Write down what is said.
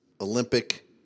Olympic